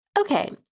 Okay